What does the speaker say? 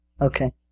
Okay